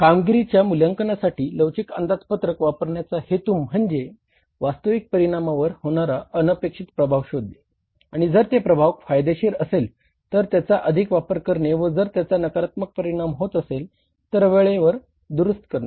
कामगिरीच्या मूल्यांकनासाठी लवचिक अंदाजपत्रक वापरण्याचा हेतू म्हणजे वास्तविक परिणामांवर होणारा अनपेक्षित प्रभाव शोधणे आणि जर ते प्रभाव फायदेशीर असेल तर त्याचा अधिक वापर करणे व जर त्याचा नकारात्मक परिणाम होत असेल तर वेळेवर दुरुस्त करणे